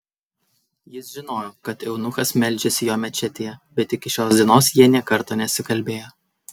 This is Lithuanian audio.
jis žinojo kad eunuchas meldžiasi jo mečetėje bet iki šios dienos jie nė karto nesikalbėjo